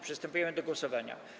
Przystępujemy do głosowania.